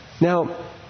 Now